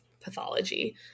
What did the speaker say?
Pathology